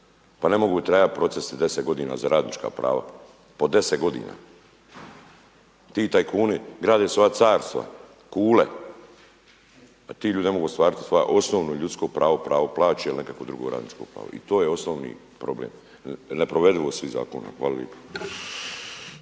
pa ne mogu trajati procesi deset godina za radnička prava, po deset godina. Ti tajkuni grade svoja carstva, kule, a ti ljudi ne mogu ostvariti svoje osnovno ljudsko pravo, pravo plaće ili nekakvo drugo radničko pravo, to je osnovni problem, neprovedivost svih zakona. Hvala